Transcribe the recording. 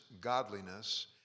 godliness